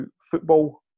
football